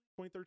2013